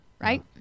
Right